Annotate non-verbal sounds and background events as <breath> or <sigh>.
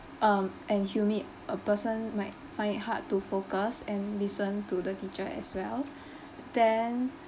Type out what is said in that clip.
um and humid a person might find it hard to focus and listen to the teacher as well <breath> then